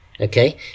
okay